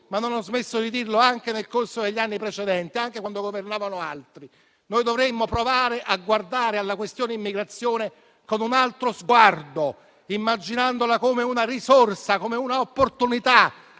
ma non ho smesso di dirlo anche nel corso degli anni precedenti, anche quando governavano altri: noi dovremmo provare ad affrontare la questione dell'immigrazione con un altro sguardo, immaginandola come una risorsa, come una opportunità,